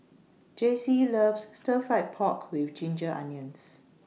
Jacey loves Stir Fried Pork with Ginger Onions